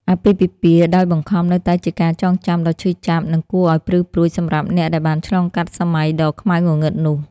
អាពាហ៍ពិពាហ៍ដោយបង្ខំនៅតែជាការចងចាំដ៏ឈឺចាប់និងគួរឱ្យព្រឺព្រួចសម្រាប់អ្នកដែលបានឆ្លងកាត់សម័យដ៏ខ្មៅងងឹតនោះ។